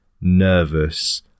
nervous